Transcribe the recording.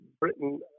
Britain